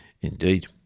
Indeed